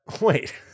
Wait